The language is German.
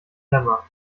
lemma